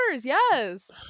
yes